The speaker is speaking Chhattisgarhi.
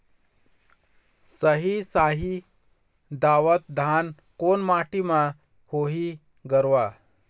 साही शाही दावत धान कोन माटी म होही गरवा?